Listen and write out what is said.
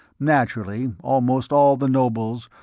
naturally, almost all the nobles,